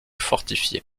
fortifié